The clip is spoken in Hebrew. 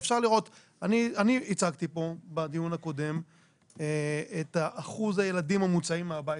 אני הצגתי פה בדיון הקודם את אחוז הילדים המוצאים מהבית,